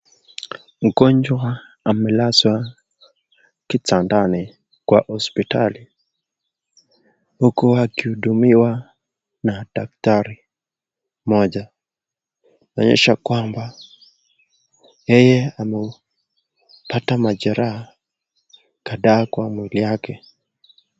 Mgonjwa amelazwa kidandani kwa hosipitali, huku wakiudumiwa na dakitari moja. inaonyesha kwamba yeye amepata majiraha kadhaa kwa mwili yake.